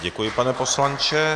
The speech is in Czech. Děkuji, pane poslanče.